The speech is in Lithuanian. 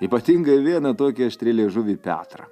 ypatingai vieną tokį aštrialiežuvį petrą